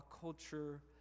culture